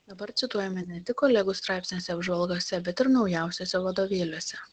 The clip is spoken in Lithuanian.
darbai cituojami ne tik kolegų straipsniuose apžvalgose bet ir naujausiuose vadovėliuose